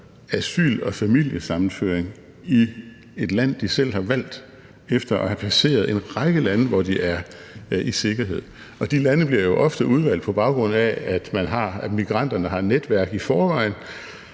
asyl og familiesammenføring i et land, de selv har valgt, efter at have passeret en række lande, hvor de ville være i sikkerhed. De lande bliver jo ofte udvalgt, på baggrund af at migranterne i forvejen